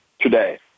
today